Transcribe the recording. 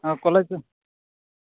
college